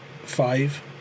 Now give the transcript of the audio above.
five